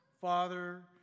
Father